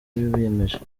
biyemeje